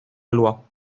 loi